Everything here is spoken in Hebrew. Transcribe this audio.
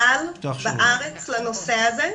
בארץ לנושא הזה.